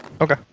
Okay